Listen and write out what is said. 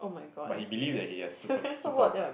but he believed that he has super super